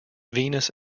venus